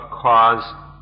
cause